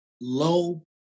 low